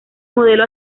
modelo